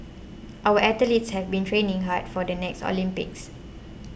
our athletes have been training hard for the next Olympics